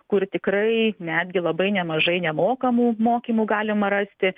kur tikrai netgi labai nemažai nemokamų mokymų galima rasti